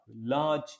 large